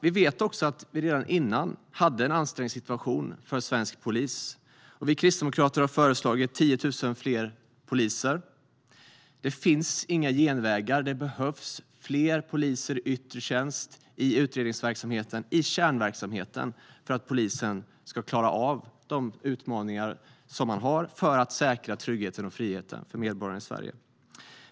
Vi vet också att situationen redan före attentatet var ansträngd för svensk polis. Vi kristdemokrater har föreslagit 10 000 fler poliser. Det finns inga genvägar. Det behövs fler poliser i yttre tjänst, i utredningsverksamheten, i kärnverksamheten för att polisen ska klara av de utmaningar som man har för att säkra tryggheten och friheten för medborgarna i Sverige.